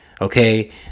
Okay